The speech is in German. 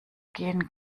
gehen